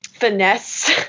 finesse